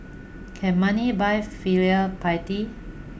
can money buy filial piety